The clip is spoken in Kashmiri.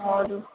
اَدٕ حظ